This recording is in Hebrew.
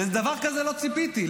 לדבר כזה לא ציפיתי.